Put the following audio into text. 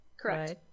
correct